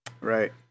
Right